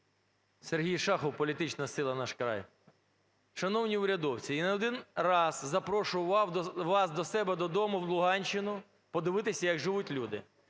Сергій Шахов, політична сила "Наш край". Шановні урядовці, я не один раз запрошував вас до себе додому в Луганщину подивитися, як живуть люди.